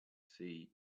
sea